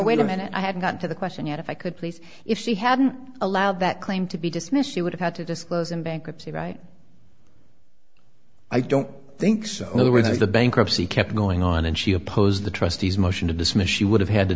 wait a minute i haven't gotten to the question yet if i could please if she hadn't allowed that claim to be dismissed she would have had to disclose in bankruptcy right i don't think so either way the bankruptcy kept going on and she opposed the trustees motion to dismiss she would have had to